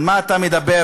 על מה אתה מדבר?